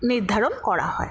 নির্ধারণ করা হয়